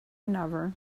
another